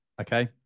Okay